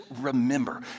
remember